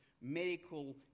medical